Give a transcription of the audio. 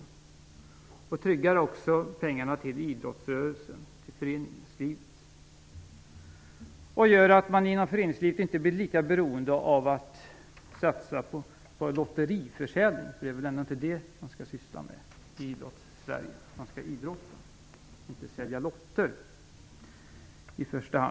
Dessutom tryggas pengar till idrottsrörelsen och föreningslivet. Inom föreningslivet blir man därför inte lika beroende av satsningar på lotteriförsäljning. Det är väl ändå inte sådant som Idrottssverige skall syssla med. I första hand skall man idrotta - inte sälja lotter.